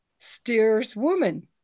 steerswoman